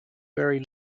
very